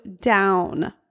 down